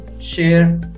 share